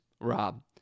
Rob